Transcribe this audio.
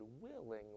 willingly